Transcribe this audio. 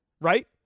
right